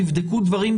תבדקו דברים.